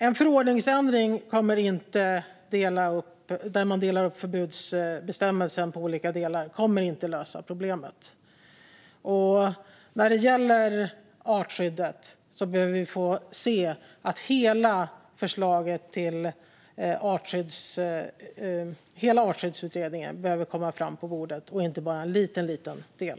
En förordningsändring där man delar upp förbudsbestämmelsen i olika delar kommer inte att lösa problemet. När det gäller artskyddet behöver hela artskyddsutredningen komma fram på bordet, inte bara en liten del.